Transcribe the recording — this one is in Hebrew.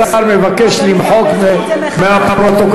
השר מבקש למחוק מהפרוטוקול,